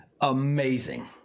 amazing